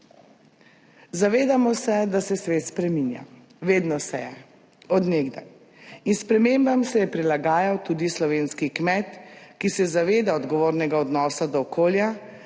Zavedamo se, da se svet spreminja, vedno se je, od nekdaj in spremembam se je prilagajal tudi slovenski kmet, ki se zaveda odgovornega odnosa do okolja,